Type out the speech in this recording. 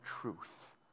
truth